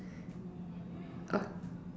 o~